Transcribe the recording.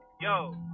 Yo